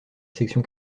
section